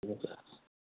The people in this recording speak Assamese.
ঠিক আছে